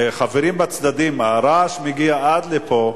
חברים בצדדים, הרעש מגיע עד לפה.